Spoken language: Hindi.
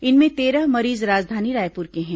इनमें तेरह मरीज राजधानी रायपुर के हैं